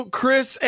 Chris